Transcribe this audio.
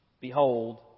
Behold